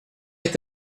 est